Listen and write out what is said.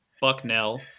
Bucknell